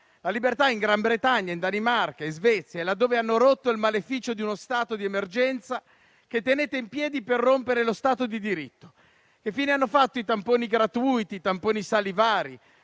la libertà è in Gran Bretagna, in Danimarca e in Svezia, laddove hanno rotto il maleficio di uno stato di emergenza, che voi tenete in piedi per rompere lo stato di diritto. Che fine hanno fatto i tamponi gratuiti, i tamponi salivari?